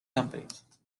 companies